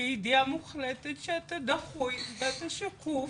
בידיעה מוחלטת שאתה דחוי ואתה שקוף,